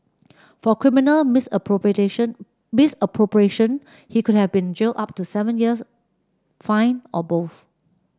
for criminal misappropriation he could have been jailed up to seven years fined or both